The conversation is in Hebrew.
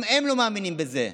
גם הם לא מאמינים בזה,